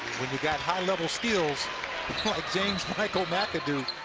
when you've got high level skills like james michael mcadoo,